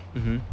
mmhmm